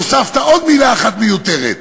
הוספת עוד מילה אחת מיותרת,